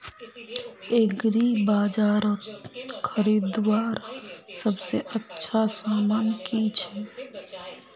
एग्रीबाजारोत खरीदवार सबसे अच्छा सामान की छे?